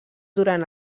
durant